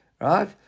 right